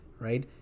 right